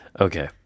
okay